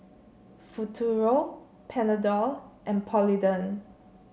Futuro Panadol and Polident